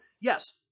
Yes